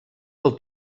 del